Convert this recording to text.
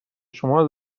شما